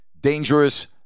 dangerous